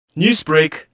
Newsbreak